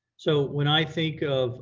so when i think of